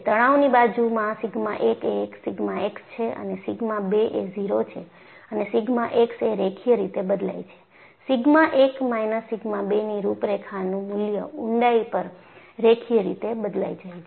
તણાવની બાજુમાં સિગ્મા 1 એ સિગ્મા x છે અને સિગ્મા 2 એ 0 છે અને સિગ્મા x એ રેખીય રીતે બદલાય છે સિગ્મા 1 માઇનસ સિગ્મા 2 ની રૂપરેખાનું મૂલ્ય ઊંડાઈ પર રેખીય રીતે બદલાય જાય છે